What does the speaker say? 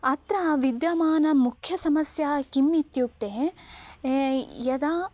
अत्र विद्यमाना मुख्यसमस्या किम् इत्युक्ते यदा